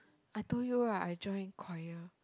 I told you right I join choir